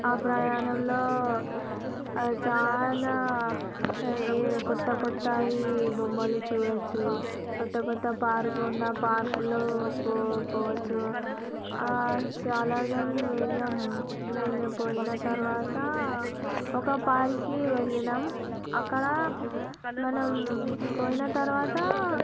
ఆ ప్రయాణంలో చాలా కొత్త కొత్తయి బొమ్మలు చూడొచ్చు కొత్త కొత్త పారుకున్నా పార్కులు పో పోవచ్చు ఆ సాలార్జంగ్ మ్యూజియం నేను పోయిన తర్వాత ఒక పార్క్కి వెళ్ళినాం అక్కడ మనం పోయిన తర్వాత